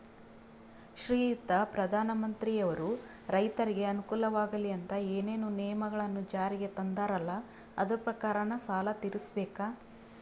ಶ್ರೀಯುತ ಪ್ರಧಾನಮಂತ್ರಿಯವರು ರೈತರಿಗೆ ಅನುಕೂಲವಾಗಲಿ ಅಂತ ಏನೇನು ನಿಯಮಗಳನ್ನು ಜಾರಿಗೆ ತಂದಾರಲ್ಲ ಅದರ ಪ್ರಕಾರನ ಸಾಲ ತೀರಿಸಬೇಕಾ?